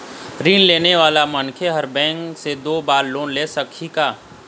ऋण लेने वाला मनखे हर बैंक से दो बार लोन ले सकही का?